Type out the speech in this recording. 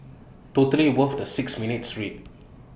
totally worth the six minutes read